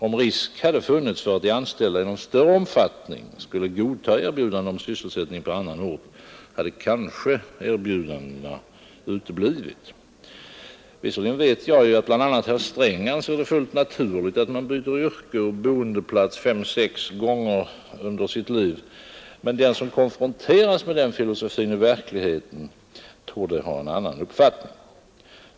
Om risk hade funnits för att de anställda i någon större omfattning skulle godta erbjudandena om sysselsättning på annan ort, hade kanske erbjudandet uteblivit. Visserligen vet jag att bl.a. herr Sträng anser det fullt naturligt att man byter yrke och boendeplats fem sex gånger under sitt liv, men den som konfronteras med den filosofin i verkligheten lär inte dela uppfattningen.